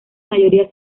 mayoría